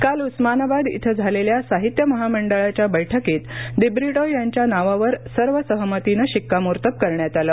काल उस्मानाबाद इथं झालेल्या साहित्य महामंडळाच्या बैठकीत दिब्रिटो यांच्या नावावर सर्व सहमतीनं शिक्कामोर्तब करण्यात आलं